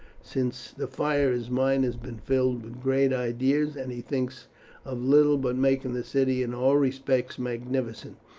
since the fire his mind has been filled with great ideas, and he thinks of little but making the city in all respects magnificent,